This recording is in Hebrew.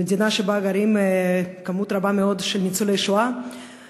במדינה שבה גרים ניצולי שואה רבים מאוד.